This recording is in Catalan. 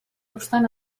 obstant